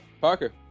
Parker